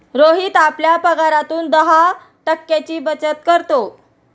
रोहित आपल्या पगारातून दहा टक्क्यांची बचत करतो